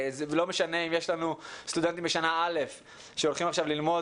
זה לא משנה אם יש לנו סטודנטים בשנה א' שהולכים עכשיו ללמוד